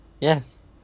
Yes